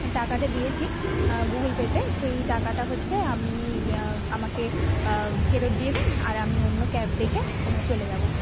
টাকাটা দিয়েছি গুগল পেতে সেই টাকাটা হচ্ছে আপনি আমাকে ফেরত দিয়ে দিন আর আমি অন্য ক্যাব দেখে চলে যাবো